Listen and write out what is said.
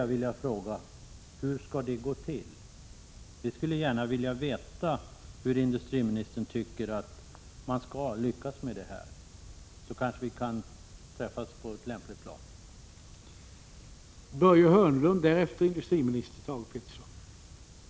Jag vill fråga: Hur skall det gå till? Vi skulle gärna vilja veta hur industriministern tänker gå till väga för att lyckas med det. När vi vet det kan vi kanske diskutera de här frågorna utifrån den utgångspunkten.